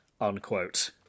unquote